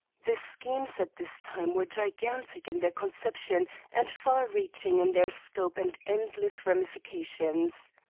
the schemes at this time were gigantic in their conception and far-reaching in their scope and endless ramifications.